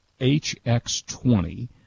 HX20